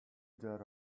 did